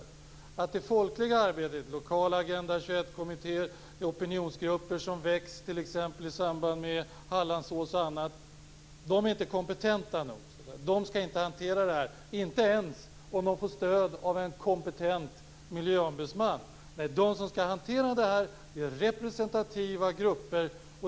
Det innebär att de som utför det folkliga arbetet, som lokala Agenda 21-kommitteér, opinionsgrupper som växt fram t.ex. i samband med Hallandsåsen och annat, inte skulle vara kompetenta nog. De skall inte hantera det här, inte ens om de får stöd av en kompetent miljöombudsman. De som skall hantera det här är representativa grupper.